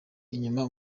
inyuma